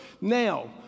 Now